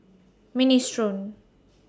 Minestrone